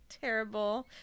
Terrible